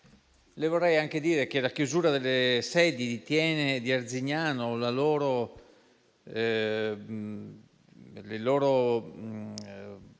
Le vorrei anche dire che la chiusura delle sedi di Thiene e di Arzignano ed il loro